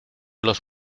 los